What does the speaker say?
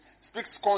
speaks